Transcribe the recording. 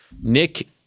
Nick